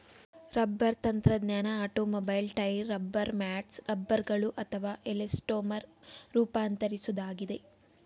rubber ತಂತ್ರಜ್ಞಾನ automobile tyre rubber mats ರಬ್ಬರ್ಗಳು ಅಥವಾ ಎಲಾಸ್ಟೊಮರ್ ರೂಪಾಂತರಿಸೋದಾಗಿದೆ